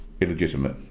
illegitimate